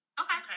Okay